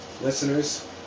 listeners